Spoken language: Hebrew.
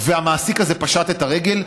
ושהמעסיק הזה פשט את הרגל,